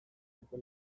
epe